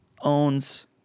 owns